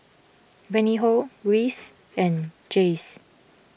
Reinhold Rhys and Jayce